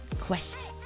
quest